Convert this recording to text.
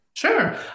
Sure